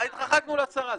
והתרחקנו לעשרה,